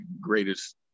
greatest